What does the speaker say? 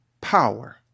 power